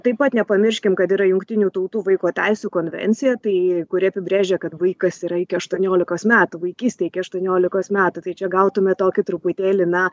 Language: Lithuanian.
taip pat nepamirškim kad yra jungtinių tautų vaiko teisių konvencija tai kuri apibrėžia kad vaikas yra iki aštuoniolikos metų vaikystė iki aštuoniolikos metų tai čia gautume tokį truputėlį na